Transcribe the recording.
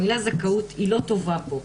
המילה זכאות לא טובה פה,